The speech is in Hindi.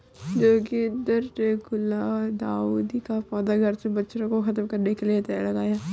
जोगिंदर ने गुलदाउदी का पौधा घर से मच्छरों को खत्म करने के लिए लगाया